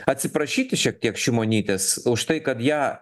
atsiprašyti šiek tiek šimonytės už tai kad ją